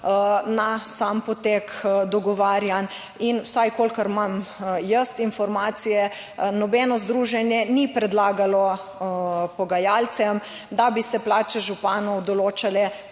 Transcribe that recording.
na sam potek dogovarjanj. In, vsaj kolikor imam jaz informacije, nobeno združenje ni predlagalo pogajalcem, da bi se plače županov določale